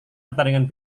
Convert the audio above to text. pertandingan